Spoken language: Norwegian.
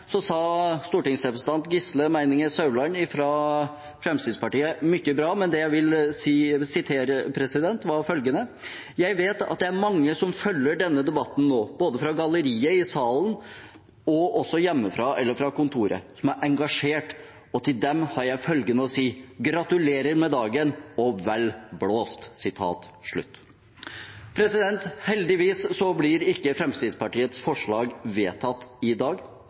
sa stortingsrepresentant Gisle Meininger Saudland fra Fremskrittspartiet mye bra, men det jeg vil sitere, er følgende: «Jeg vet at det er mange som følger denne debatten nå, både fra galleriet i salen her og også hjemmefra eller fra kontoret, som er engasjert, og til dem har jeg følgende å si: Gratulerer med dagen og vel blåst!» Heldigvis blir ikke Fremskrittspartiets forslag vedtatt i dag,